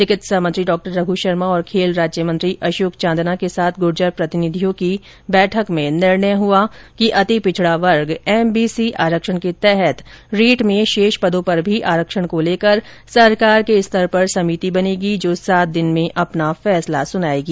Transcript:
चिकित्सा मंत्री डॉ रघ्र शर्मा और खेल राज्यमंत्री अशोक चांदना के साथ गुर्जर प्रतिनिधियों की बैठक में निर्णय हुआ कि अति पिछड़ा वर्ग एमबीसी आरक्षण के तहत रीट में शेष पदों पर भी आरक्षण को लेकर सरकार के स्तर पर समिति बनेगी जो सात दिन में अपना फैसला सुनाएगी